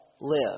live